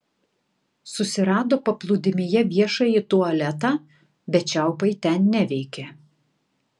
susirado paplūdimyje viešąjį tualetą bet čiaupai ten neveikė